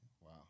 Wow